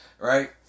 Right